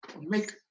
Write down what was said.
make